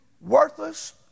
worthless